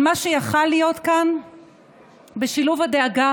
על מה שהיה יכול להיות כאן בשילוב הדאגה